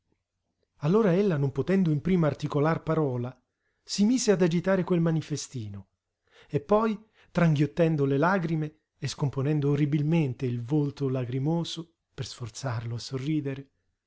stupite allora ella non potendo in prima articolar parola si mise ad agitare quel manifestino e poi tranghiottendo le lagrime e scomponendo orribilmente il volto lagrimoso per sforzarlo a sorridere